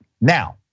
Now